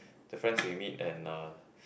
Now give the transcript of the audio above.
the friends we meet and uh